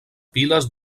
piles